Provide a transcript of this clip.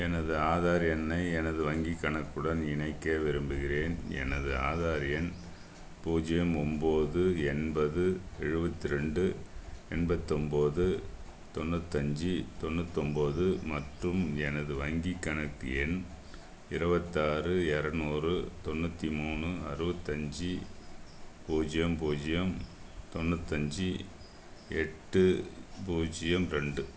எனது ஆதார் எண்ணை எனது வங்கிக் கணக்குடன் இணைக்க விரும்புகின்றேன் எனது ஆதார் எண் பூஜ்ஜியம் ஒன்போது எண்பது எழுபத்தி ரெண்டு எண்பத்து ஒன்போது தொண்ணூற்று அஞ்சு தொண்ணூற்று ஒன்போது மற்றும் எனது வங்கிக் கணக்கு எண் இருவத்து ஆறு இரநூறு தொண்ணூற்றி மூணு அறுபத்து அஞ்சு பூஜ்ஜியம் பூஜ்ஜியம் தொண்ணூற்று அஞ்சு எட்டு பூஜ்ஜியம் ரெண்டு